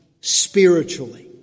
spiritually